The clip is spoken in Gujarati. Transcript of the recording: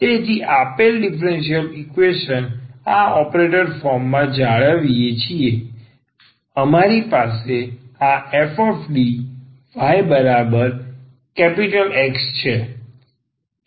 તેથી આપેલ ડીફરન્સીયલ ઈકવેશન આ ઓપરેટર ફોર્મમાં જાળવીએ છીએ અમારી પાસે આ fDyX છે